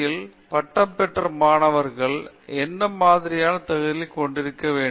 மேலாண்மை துறையில் பட்டம் பெற்ற மாணவர்கள் என்ன மாதிரியான தகுதிகளை கொண்டிருக்க வேண்டும்